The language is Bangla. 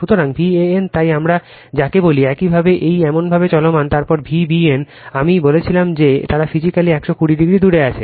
সুতরাং Van তাই আমরা যাকে বলি একইভাবে এটি এমনভাবে চলমান তারপর Vbn আমি বলেছিলাম যে তারা ফিজিক্যালি 120o দূরে রয়েছে